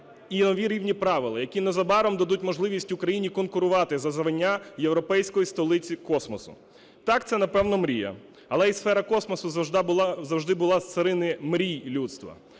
і нові рівні правила, які незабаром дадуть можливість Україні конкурувати за звання європейської столиці космосу. Так, це, напевно, мрія. Але і сфера космосу завжди була з царини мрій людства.